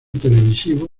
televisivos